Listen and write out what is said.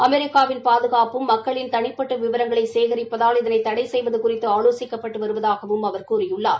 அமெிக்காவின் பாதுகாப்பும் மக்களின் தனிப்பட்ட விவரங்களை சேகரிப்பதால் இதனை தடை செய்வது குறித்து ஆலோசிக்கப்பட்டு வருவதாகவும் அவர் கூறியுள்ளார்